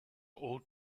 old